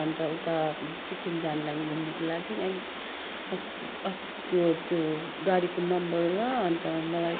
अन्त उता सिक्किम जानको लागि घुम्नुको लागि अस्ति अस्तिको त्यो गाडीको नम्बर र अन्त मलाई